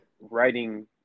writing